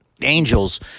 Angels